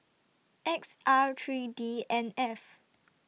X R three D N F